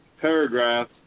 paragraph